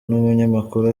n’umunyamakuru